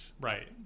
Right